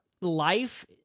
life